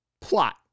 plot